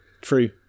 true